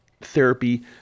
therapy